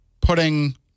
putting